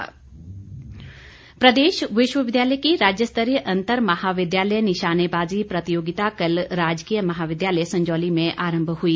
निशानेबाजी प्रदेश विश्वविद्यालय की राज्य स्तरीय अंतर महाविद्यालय निशानेबाजी प्रतियोगिता कल राजकीय महाविद्यालय संजौली में आरंभ हुई